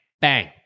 bang